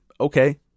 okay